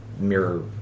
mirror